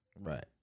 Right